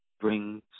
brings